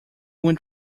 want